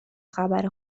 خبر